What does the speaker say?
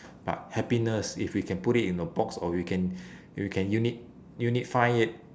but happiness if we can put it in a box or we can we can uni~ unify it